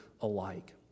alike